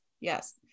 yes